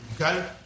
okay